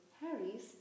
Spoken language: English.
Harry's